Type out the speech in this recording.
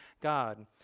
God